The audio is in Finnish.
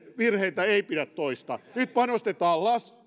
virheitä ei pidä toistaa nyt panostetaan